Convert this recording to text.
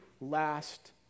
last